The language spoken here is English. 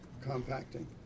compacting